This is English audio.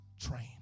train